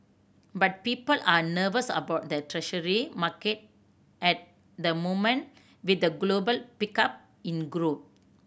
but people are nervous about the Treasury market at the moment with a global pickup in growth